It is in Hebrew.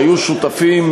שהיו שותפות,